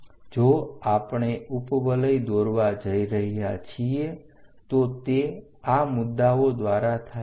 જો આપણે ઉપવલય દોરવા જઈ રહ્યા છીએ તો તે આ મુદ્દાઓ દ્વારા થાય છે